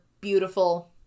beautiful